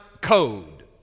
code